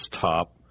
top